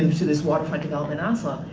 to this waterfront development in oslo.